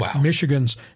Michigan's